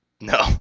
No